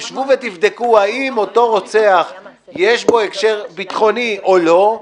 זה שתשבו ותבדקו האם באותו רצח יש הקשר ביטחוני או לא,